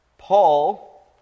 Paul